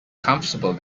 comfortable